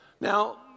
Now